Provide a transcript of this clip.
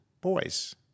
boys